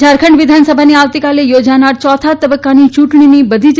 ઝારખંડ વિધાનસભાની આવતીકાલે યોજાનારી યોથા તબક્કાની યૂંટણીની બધી જ